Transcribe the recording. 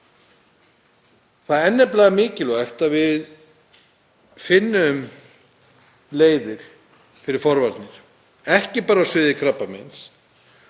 Það er mikilvægt að við finnum leiðir fyrir forvarnir, ekki bara á sviði krabbameins.